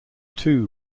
two